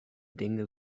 dinge